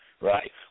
right